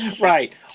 right